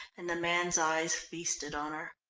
and the man's eyes feasted on her.